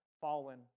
fallen